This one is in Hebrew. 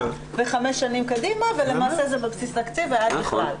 וחמש שנים קדימה ולמעשה זה בבסיס תקציב ועד בכלל.